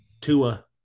Tua